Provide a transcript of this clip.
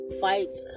fight